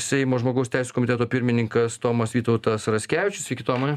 seimo žmogaus teisių komiteto pirmininkas tomas vytautas raskevičius sveiki tomai